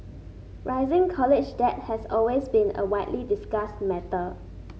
rising college debt has been a widely discussed matter